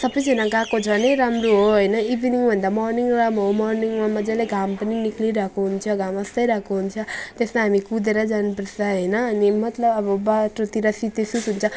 सबैजना गएको झनै राम्रो हो होइन इभिनिङ भन्दा मर्निङ राम्रो हो मर्निङमा मजाले घाम पनि निस्किरहेको हुन्छ घाम आस्ताइरहेको हुन्छ त्यसमा हामी कुदेर जानुपर्छ होइन अनि मतलब अब बाटोतिर शीतैशीत हुन्छ